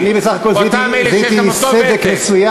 אותם אלה שיש להם אותו ותק,